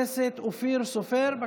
תקשיב, בבקשה,